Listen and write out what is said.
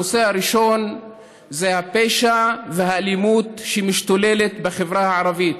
הנושא הראשון זה הפשע והאלימות שמשתוללים בחברה הערבית.